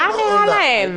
מה נראה להם?